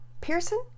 Pearson